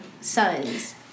sons